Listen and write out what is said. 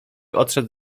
odszedł